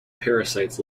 parasites